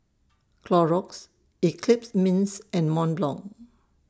Clorox Eclipse Mints and Mont Blanc